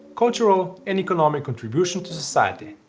cultural and economic contributions to society.